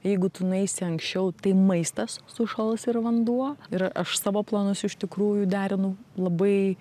jeigu tu nueisi anksčiau tai maistas sušals ir vanduo ir aš savo planus iš tikrųjų derinu labai